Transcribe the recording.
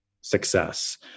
success